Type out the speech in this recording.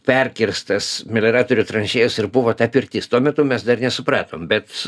perkirstas melioratorių tranšėjos ir buvo ta pirtis tuo metu mes dar nesupratom bet